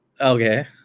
Okay